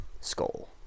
skull